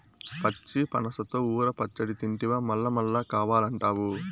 పచ్చి పనసతో ఊర పచ్చడి తింటివా మల్లమల్లా కావాలంటావు